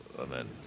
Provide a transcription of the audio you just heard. Amen